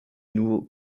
nous